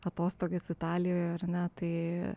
atostogas italijoje ar ne tai